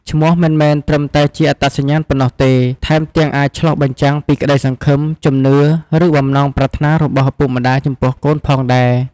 ឈ្មោះមិនមែនត្រឹមតែជាអត្តសញ្ញាណប៉ុណ្ណោះទេ ថែមទាំងអាចឆ្លុះបញ្ចាំងពីក្តីសង្ឃឹម ជំនឿ ឬបំណងប្រាថ្នារបស់ឪពុកម្តាយចំពោះកូនផងដែរ។